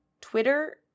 Twitter